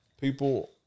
people